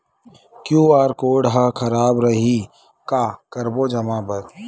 QR code हा खराब रही का करबो जमा बर?